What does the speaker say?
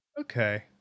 Okay